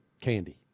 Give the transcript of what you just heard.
candy